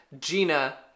Gina